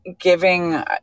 giving